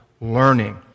learning